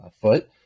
foot